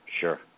sure